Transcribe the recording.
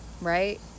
right